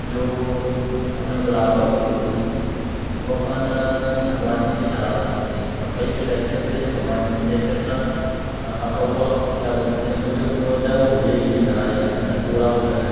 जो अपना गुलाब का फूल होता है वह अपन भगवान जी पे चला सकते हें और कई फूल ऐसे होते हैं जो भगवान जी जैसे अपना अकौआ क्या बोलते हैं वो जो फूल होता है वो भोले जी पे चलाया जाता है धतूरा हो गया